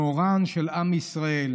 מאורם של עם ישראל,